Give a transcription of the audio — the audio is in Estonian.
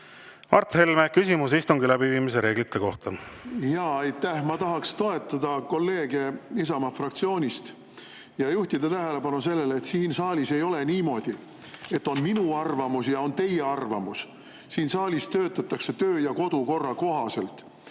Mart Helme, küsimus istungi läbiviimise reeglite kohta. Aitäh! Ma tahaks toetada kolleege Isamaa fraktsioonist ja juhtida tähelepanu sellele, et siin saalis ei ole niimoodi, et on minu arvamus ja on teie arvamus. Siin saalis töötatakse töö- ja kodukorra kohaselt.